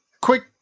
Quick